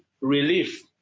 relief